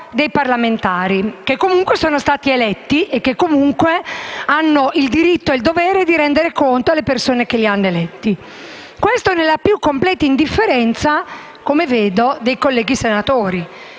dei parlamentari, che comunque sono stati eletti e che, comunque, hanno il diritto e il dovere di rendere conto alle persone che li hanno eletti. Questo nella più completa indifferenza dei colleghi senatori,